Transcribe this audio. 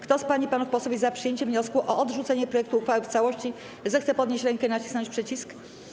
Kto z pań i panów posłów jest za przyjęciem wniosku o odrzucenie projektu uchwały w całości, zechce podnieść rękę i nacisnąć przycisk.